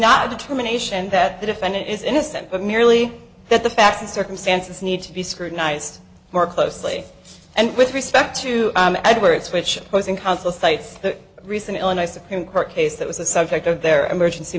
determination that the defendant is innocent but merely that the facts and circumstances need to be scrutinized more closely and with respect to edwards which goes in council cites the recent illinois supreme court case that was the subject of their emergency